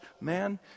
man